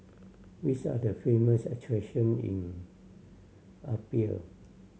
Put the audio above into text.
which are the famous attraction in Apia